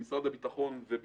מה עשו משרד הביטחון ורח"ל.